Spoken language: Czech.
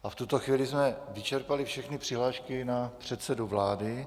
V tuto chvíli jsme vyčerpali všechny přihlášky na předsedu vlády.